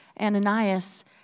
Ananias